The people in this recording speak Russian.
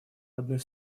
одной